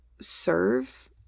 serve